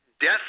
death